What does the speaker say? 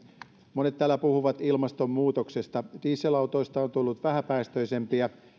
monet täällä puhuvat ilmastonmuutoksesta dieselautoista on tullut vähäpäästöisempiä